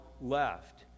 left